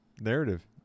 narrative